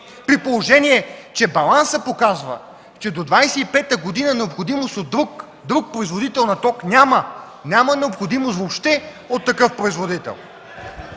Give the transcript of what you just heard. При положение че балансът показва, че до 2025 г. необходимост от друг производител на ток няма. Няма необходимост въобще от такъв производител.